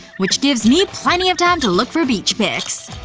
which gives me plenty of time to look for beach pics.